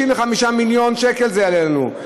35 מיליון שקל זה יעלה לנו.